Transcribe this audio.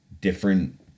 different